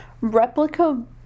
replica